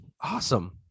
Awesome